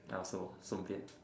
I also 顺便